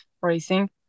racing